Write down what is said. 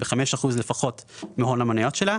ב-5 אחוזים לפחות מהון המניות שלה.